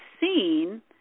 seen